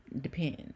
depends